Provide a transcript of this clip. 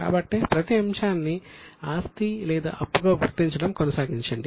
కాబట్టి ప్రతి అంశాన్ని ఆస్తి లేదా అప్పుగా గుర్తించడం కొనసాగించండి